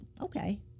okay